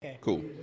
Cool